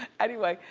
anyway,